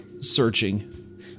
searching